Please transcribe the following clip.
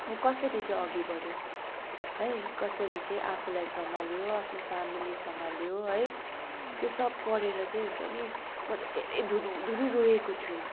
ऊ कसरी चाहिँ अघि बढ्यो है कसरी चाहिँ आफूलाई सम्हाल्यो आफ्नो फ्यामिली सम्हाल्यो है त्यो सब पढेर चाहिँ हुन्छ नि म चाहिँ धेरै धुरू धुरू रोएको छु